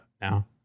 now